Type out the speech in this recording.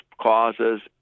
causes